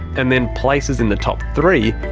and then places in the top three.